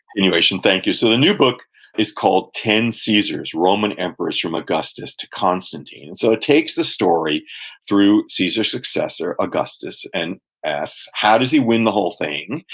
continuation, thank you. so, the new book is called ten caesars roman emperors from augustus to constantine. and so it takes the story through caesar's successor, augustus, and asks, how does he win the whole thing?